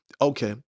okay